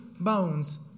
bones